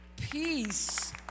peace